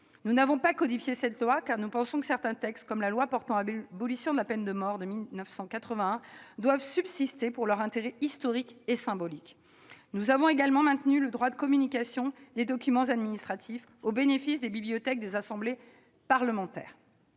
Nous n'avons pas codifié cette loi, car nous pensons que certains textes, comme la loi portant abolition de la peine de mort de 1981, doivent subsister pour leur intérêt historique et symbolique. Nous avons également maintenu le droit de communication des documents administratifs au bénéfice des bibliothèques des assemblées parlementaires.